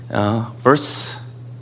verse